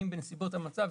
"בנסיבות המצב",